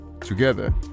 together